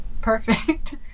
perfect